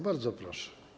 Bardzo proszę.